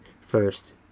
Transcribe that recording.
first